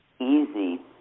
easy